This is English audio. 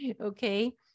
okay